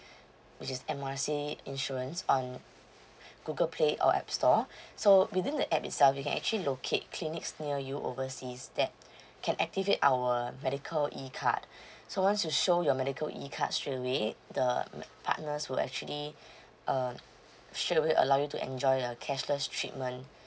which is M R C insurance on google play or app store so within the app itself you can actually locate clinics near you overseas that can activate our medical E card so once you show your medical E card straightaway the partners will actually uh straightaway allow you to enjoy a cashless treatment